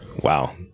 Wow